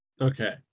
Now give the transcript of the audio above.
Okay